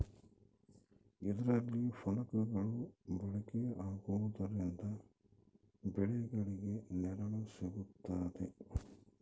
ಇದರಲ್ಲಿ ಫಲಕಗಳು ಬಳಕೆ ಆಗುವುದರಿಂದ ಬೆಳೆಗಳಿಗೆ ನೆರಳು ಸಿಗುತ್ತದೆ